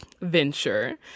venture